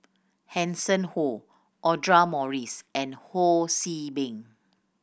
Hanson Ho Audra Morrice and Ho See Beng